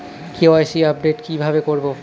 KYC update কি ভাবে করবো?